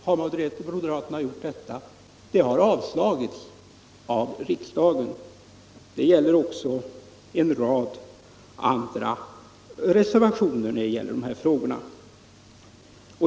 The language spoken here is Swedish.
Men de reservationerna har avslagits av riksdagen. Detsamma gäller om en rad andra reservationer i biståndsfrågor.